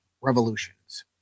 revolutions